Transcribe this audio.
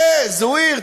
זוהיר,